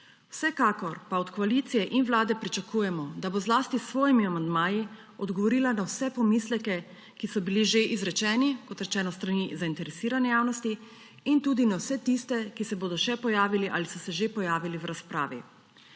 Vsekakor pa od koalicije in Vlade pričakujemo, da bo zlasti s svojimi amandmaji odgovorila na vse pomisleke, ki so bili že izrečeni, kot rečeno, s strani zainteresirane javnosti in tudi na vse tiste, ki se bodo še pojavili ali so se že pojavili v razpravi.